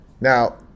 Now